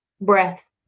breath